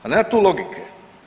Ma nema tu logike!